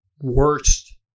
worst